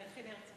איך היא נרצחה?